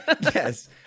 Yes